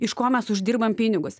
iš ko mes uždirbam pinigus